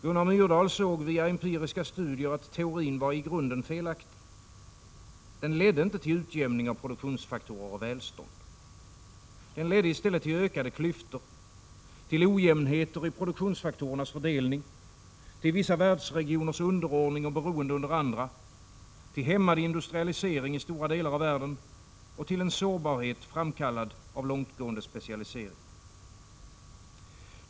Gunnar Myrdal såg via empiriska studier att teorin var i grunden felaktig. Den ledde inte till utjämning av produktionsfaktorer och välstånd. Den ledde i stället till ökade klyftor, till ojämnheter i produktionsfaktorernas fördelning, till vissa världsregioners underordning och beroende under andra, till hämmad industrialisering i stora delar av världen och till en sårbarhet, framkallad av långtgående specialisering.